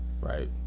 Right